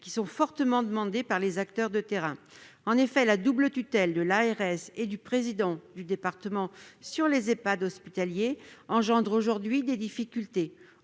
fortement demandées par les acteurs de terrain. En effet, la double tutelle de l'ARS et du conseil départemental sur les Ehpad hospitaliers pose aujourd'hui des difficultés.